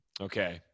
okay